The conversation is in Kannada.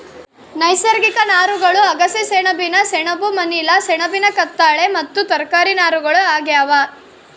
ನೈಸರ್ಗಿಕ ನಾರುಗಳು ಅಗಸೆ ಸೆಣಬಿನ ಸೆಣಬು ಮನಿಲಾ ಸೆಣಬಿನ ಕತ್ತಾಳೆ ಮತ್ತು ತರಕಾರಿ ನಾರುಗಳು ಆಗ್ಯಾವ